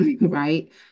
right